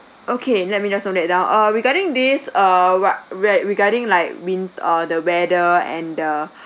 okay let me just note that down uh regarding this uh wha~ regarding like win~ the weather and the